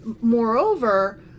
Moreover